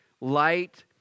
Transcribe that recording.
light